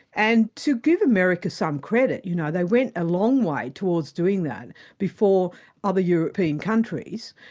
and to give america some credit, you know, they went a long way towards doing that before other european countries.